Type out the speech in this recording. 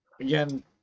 again